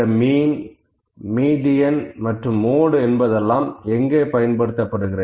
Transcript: இந்த mean median மற்றும் mode என்பதெல்லாம் எங்கே பயன்படுத்தப்படுகிறது